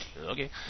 Okay